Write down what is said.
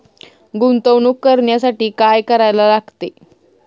गुंतवणूक करण्यासाठी काय करायला लागते?